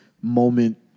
moment